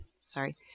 sorry